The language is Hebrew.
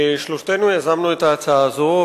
שלושתנו יזמנו את ההצעה הזו.